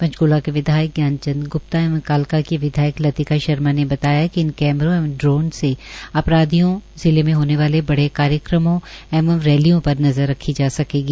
पंचक्ला के विधायक ज्ञान चंद ग्प्ता एवं कालका की विधायक लतिका शर्मा ने बताया कि इन कैमरों एवं ड्रोन से अपराधियों जिलें में होने वाले बड़े कार्यक्रमों एंव रैलियों पर नज़र रखी जा सकेगी